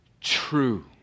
true